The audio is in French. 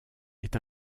est